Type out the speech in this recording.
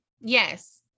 Yes